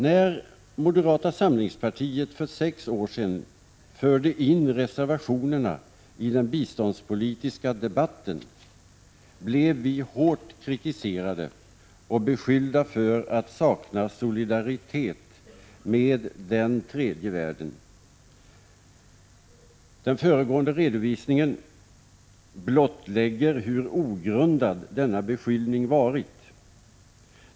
När moderata samlingspartiet för sex år sedan förde in reservationerna i den biståndspolitiska debatten blev vi hårt kritiserade och beskyllda för att sakna solidaritet med den tredje världen. Den föregående redovisningen blottlägger hur ogrundad denna beskyllning varit.